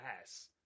ass